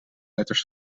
letters